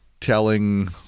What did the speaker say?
telling